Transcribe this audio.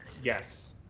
yes.